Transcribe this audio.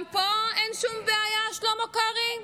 גם פה אין שום בעיה, שלמה קרעי?